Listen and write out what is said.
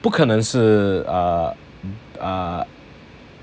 不可能是 ah err